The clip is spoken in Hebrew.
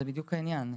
זה בדיוק העניין.